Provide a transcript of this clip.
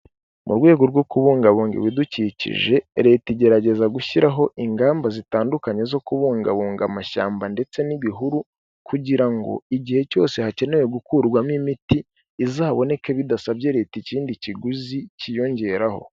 Mu rwego rwo kubungabunga ibidukikije, Leta igerageza gushyiraho ingamba zitandukanye zo kubungabunga amashyamba ndetse n'ibihuru, kugira ngo igihe cyose hakenewe gukurwamo imiti izaboneke bidasabye Leta ikindi kiguzi kiyongeraho.